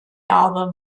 album